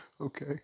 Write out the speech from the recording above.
Okay